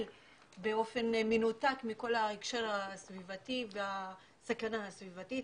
באופן מנותק מכל ההקשר הסביבתי והסכנה הסביבתית.